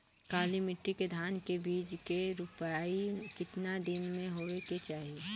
काली मिट्टी के धान के बिज के रूपाई कितना दिन मे होवे के चाही?